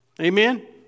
Amen